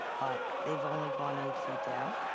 but they've only gone eight feet down.